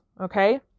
Okay